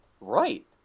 Right